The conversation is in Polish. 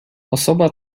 osoba